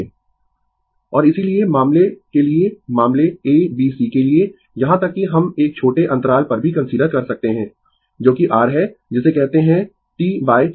Refer Slide Time 1547 अब इसीलिए मामले के लिए मामले a b c के लिए यहाँ तक कि हम एक छोटे अंतराल पर भी कंसीडर कर सकते है जो कि r है जिसे कहते है T 4